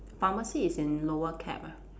pharmacy is in lower cap ah